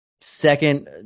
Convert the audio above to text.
Second